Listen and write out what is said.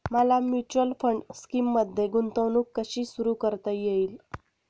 मला mutual fund स्कीममध्ये गुंतवणूक कशी सुरू करता येईल?